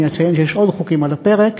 אני אציין שיש עוד חוקים על הפרק.